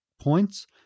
points